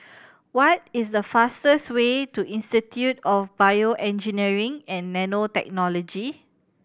what is the fastest way to Institute of BioEngineering and Nanotechnology